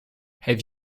have